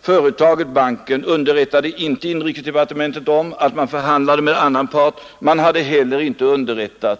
Företaget och banken underrättade inte inrikesdepartementet om att man också förhandlade med ASEA, och inte heller underrättades